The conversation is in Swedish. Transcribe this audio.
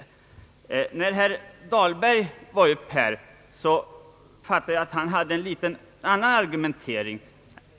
Men när herr Dahlberg var uppe fattade jag honom så, att han hade en i någon mån annan argumentering.